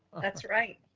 that's right.